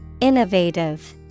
Innovative